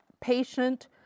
patient